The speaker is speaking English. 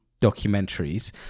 documentaries